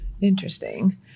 Interesting